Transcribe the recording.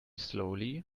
slowly